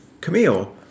Camille